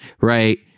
right